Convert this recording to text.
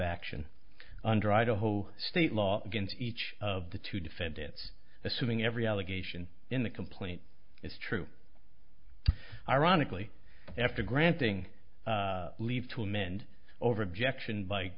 action under idaho state law against each of the two defendants assuming every allegation in the complaint is true ironically after granting leave to amend over objection b